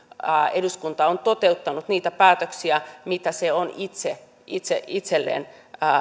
eduskunta on toteuttanut niitä päätöksiä mitä se on itse itse itselleen